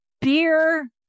beer